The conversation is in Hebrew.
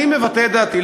אני מבטא את דעתי.